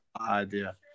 idea